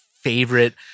favorite